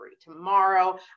Tomorrow